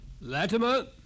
Latimer